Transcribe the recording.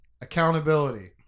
Accountability